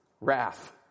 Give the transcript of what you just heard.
wrath